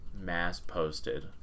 mass-posted